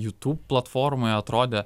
youtube platformoje atrodė